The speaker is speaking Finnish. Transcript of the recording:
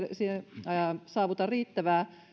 neljätoista prosenttia nuorista ei saavuta riittäviä